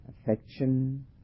affection